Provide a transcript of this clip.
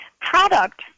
product